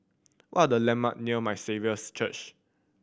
what are the landmark near My Saviour's Church